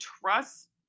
trust